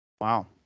Wow